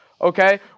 okay